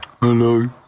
Hello